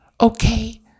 okay